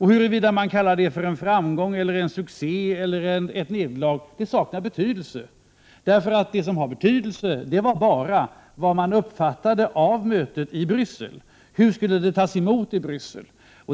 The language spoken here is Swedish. Huruvida man kallar det för en framgång, en succé eller ett nederlag saknar betydelse. Det som hade betydelse var bara vad man i Bryssel uppfattade av mötet — hur Oslo-mötet skulle tas emot i Bryssel.